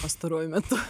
pastaruoju metu